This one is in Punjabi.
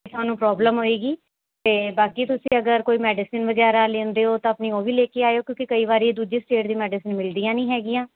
ਤੁਹਾਨੂੰ ਪ੍ਰੋਬਲਮ ਹੋਵੇਗੀ ਅਤੇ ਬਾਕੀ ਤੁਸੀਂ ਅਗਰ ਕੋਈ ਮੈਡੀਸਿਨ ਵਗੈਰਾ ਲੈਂਦੇ ਹੋ ਤਾਂ ਆਪਣੀ ਉਹ ਵੀ ਲੈ ਕੇ ਆਇਓ ਕਿਉਂਕਿ ਕਈ ਵਾਰ ਦੂਜੇ ਸਟੇਟ ਦੀ ਮੈਡੀਸਿਨ ਮਿਲਦੀਆਂ ਨਹੀਂ ਹੈਗੀਆਂ